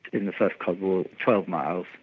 in the first cod war, twelve miles,